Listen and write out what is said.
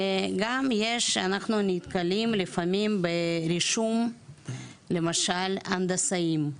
וגם אנחנו נתקלים לפעמים בקושי ברישום למשל הנדסאים,